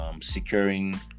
securing